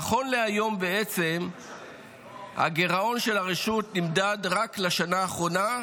נכון להיום בעצם הגירעון של הרשות נמדד רק לפי השנה האחרונה,